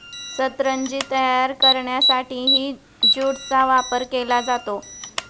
सतरंजी तयार करण्यासाठीही ज्यूटचा वापर केला जातो